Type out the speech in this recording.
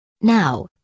Now